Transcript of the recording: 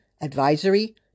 advisory